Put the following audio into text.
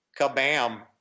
kabam